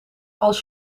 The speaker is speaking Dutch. als